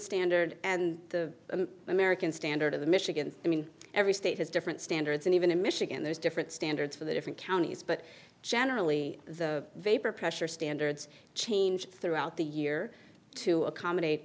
standard and the american standard of the michigan i mean every state has different standards and even in michigan there's different standards for the different counties but generally the vapor pressure standards change throughout the year to accommodate